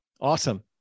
Awesome